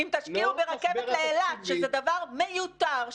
אם תשקיעו ברכבת לאילת שזה דבר מיותר,